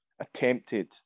attempted